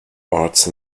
arts